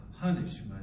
punishment